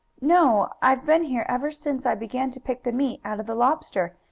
no, i've been here ever since i began to pick the meat out of the lobster,